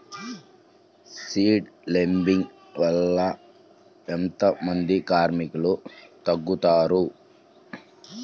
Seed లేంబింగ్ వల్ల ఎంత మంది కార్మికులు తగ్గుతారు?